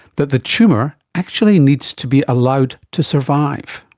that the tumour actually needs to be allowed to survive.